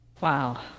Wow